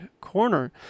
corner